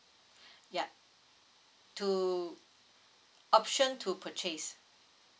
yup to option to purchase